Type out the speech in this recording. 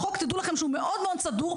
החוק תדעו לכם שהוא מאוד מאוד סדור,